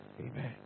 Amen